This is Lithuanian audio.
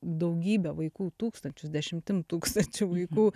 daugybę vaikų tūkstančius dešimtim tūkstančių vaikų